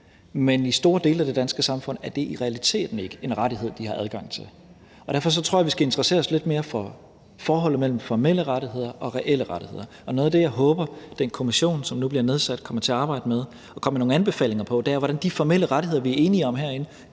men i store dele af det danske samfund er det i realiteten ikke en rettighed, de har adgang til. Derfor tror jeg, vi skal interessere os lidt mere for forholdet mellem formelle rettigheder og reelle rettigheder, og noget af det, jeg håber at den kommission, som nu bliver nedsat, kommer til at arbejde med og komme med nogle anbefalinger om, er, hvordan de formelle rettigheder, vi er enige om herinde,